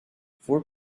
four